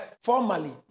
Formally